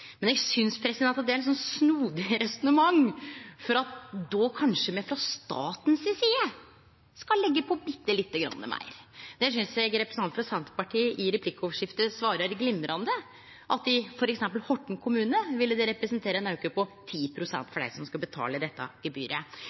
Men eg synest det er eit litt snodig resonnement, at me då kanskje frå staten si side skal leggje på bitte lite grann meir. Der synest eg representanten frå Senterpartiet i replikkordskiftet svara glimrande, at i f.eks. Horten kommune ville det representere ein auke på 10 pst. for dei som skal betale dette gebyret.